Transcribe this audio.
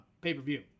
pay-per-view